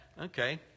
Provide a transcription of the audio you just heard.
okay